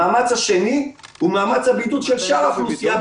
המאמץ השני הוא מאמץ הבידוד של שאר האוכלוסייה,